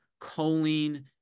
choline